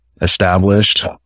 established